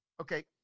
Okay